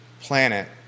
planet